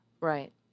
Right